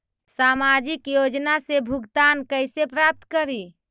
सामाजिक योजना से भुगतान कैसे प्राप्त करी?